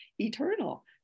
eternal